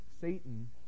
Satan